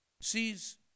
sees